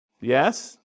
Yes